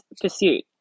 Pursuit